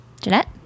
Jeanette